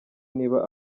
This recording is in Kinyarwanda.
niba